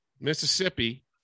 Mississippi